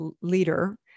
leader